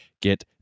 get